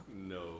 No